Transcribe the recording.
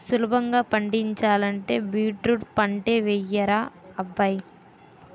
సులభంగా పండించాలంటే బీట్రూట్ పంటే యెయ్యరా అబ్బాయ్